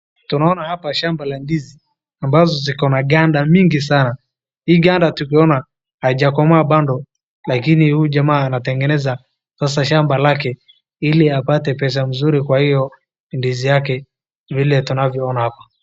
Tunaona hapa shamba la ndizi ambazo zikona nganda mingi sana. Hii nganda tukiona haijakomaa bado lakini huyu jamaa anategeneza sasa shamba lake ili apate pesa mzuri kwa hio ndizi yake vile tunavyoona hapa.